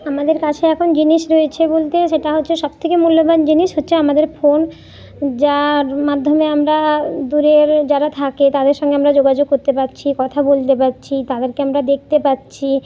আমাদের কাছে এখন জিনিস রয়েছে বলতে সেটা হচ্ছে সব থেকে মূল্যবান জিনিস হচ্ছে আমাদের ফোন যার মাধ্যমে আমরা দূরের যারা থাকে তাদের সঙ্গে আমরা যোগাযোগ করতে পাচ্ছি কথা বলতে পাচ্ছি তাদেরকে আমরা দেখতে পাচ্ছি